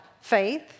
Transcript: faith